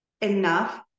enough